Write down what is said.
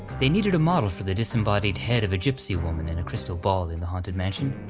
they needed a model for the disembodied head of a gypsy woman in a crystal ball in the haunted mansion,